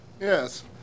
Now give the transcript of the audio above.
yes